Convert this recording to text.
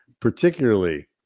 particularly